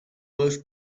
most